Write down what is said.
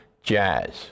Jazz